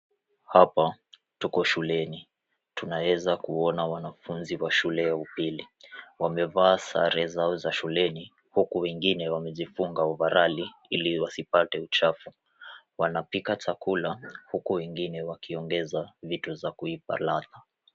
Hapa tuko shuleni. Tunaweza kuona wanafunzi wa shule ya upili. Wamevaa sare zao za shuleni huku wengine wamejifunga overall ili wasipate uchafu. Wanapika chakula huku wengine wakiongeza vitu za kuipa ladha.